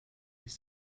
ich